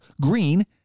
Green